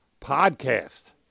podcast